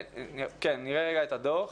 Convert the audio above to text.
נראה רגע את הדוח,